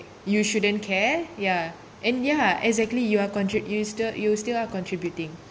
you shouldn't care ya and ya exactly you are contri~ you still you still are contributing